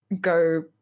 go